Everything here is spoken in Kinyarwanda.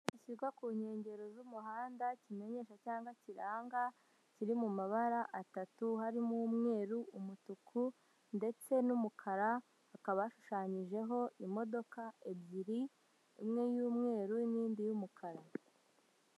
Shyirwa ku nkengero z'umuhanda kimenyesha cyangwa kiranga, kiri mu mabara atatu harimo umweru, umutuku ndetse n'umukara akaba ashushanyijeho imodoka ebyiri imwe y'umweru n'indi y'umukara.